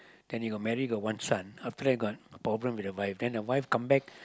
then he got married got one son after that got problem with the wife then the wife come back